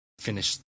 finish